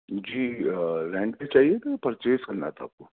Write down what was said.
جی rent پہ چاہیے تھا پرچیز کرنا تھا آپ کو